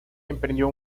emprendió